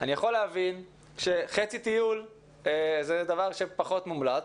אני יכול להבין שחצי טיול זה דבר שפחות מומלץ,